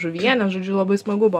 žuvienę žodžiu labai smagu buo